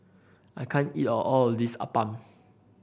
I can't eat all of this appam